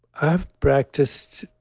i have practiced,